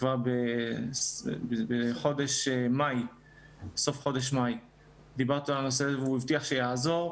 קלדרון כבר בסוף חודש מאי והוא הבטיח שיעזור.